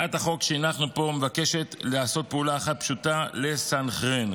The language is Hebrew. הצעת החוק שהנחנו פה מבקשת לעשות פעולה אחת פשוטה: לסנכרן.